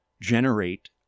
generate